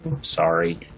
sorry